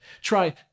Try